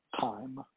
time